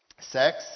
Sex